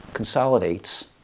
consolidates